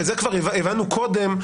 שזה כבר הבנו קודם,